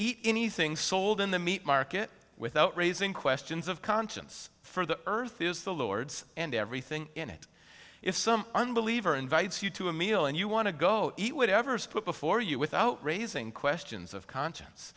eat anything sold in the meat market without raising questions of conscience for the earth is the lord's and everything in it is some unbeliever invites you to a meal and you want to go eat whatever is put before you without raising questions of conscience